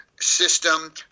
system